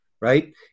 right